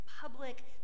public